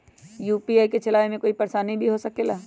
UPI के चलावे मे कोई परेशानी भी हो सकेला?